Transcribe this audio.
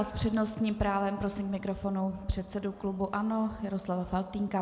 S přednostním právem prosím k mikrofonu předsedu klubu ANO Jaroslava Faltýnka.